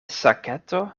saketo